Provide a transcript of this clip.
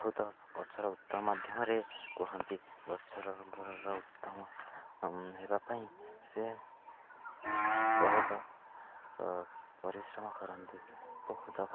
ବହୁତ ଗଛର ଉତ୍ତମ ମାଧ୍ୟମରେ କୁହନ୍ତି ଗଛର ଉତ୍ତମ ହେବା ପାଇଁ ସେ ବହୁତ ପରିଶ୍ରମ କରନ୍ତି ବହୁତ